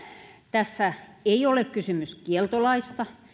tässä ei ole kysymys kieltolaista